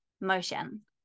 motion